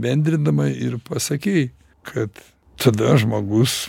bendrindama ir pasakei kad tada žmogus